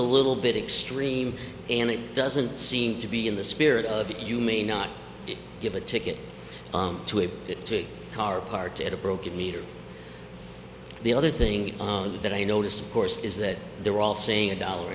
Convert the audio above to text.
a little bit extreme and it doesn't seem to be in the spirit of it you may not give a ticket to it to a car park at a broken meter the other thing that i noticed course is that they're all saying a dollar